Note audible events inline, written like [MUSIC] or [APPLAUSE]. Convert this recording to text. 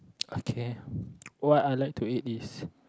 [NOISE] okay [NOISE] what I like to eat is